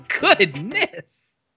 Goodness